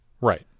Right